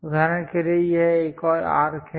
उदाहरण के लिए यह एक और आर्क है